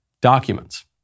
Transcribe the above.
documents